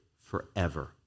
forever